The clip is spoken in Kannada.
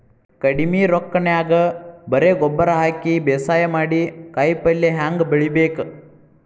ಕಡಿಮಿ ರೊಕ್ಕನ್ಯಾಗ ಬರೇ ಗೊಬ್ಬರ ಹಾಕಿ ಬೇಸಾಯ ಮಾಡಿ, ಕಾಯಿಪಲ್ಯ ಹ್ಯಾಂಗ್ ಬೆಳಿಬೇಕ್?